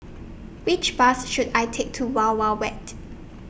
Which Bus should I Take to Wild Wild Wet